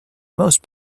most